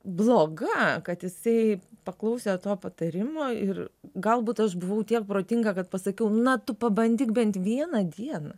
bloga kad jisai paklausė to patarimo ir galbūt aš buvau tiek protinga kad pasakiau na tu pabandyk bent vieną dieną